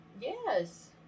yes